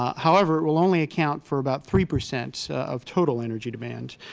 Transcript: however, it will only account for about three percent of total energy demand.